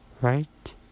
right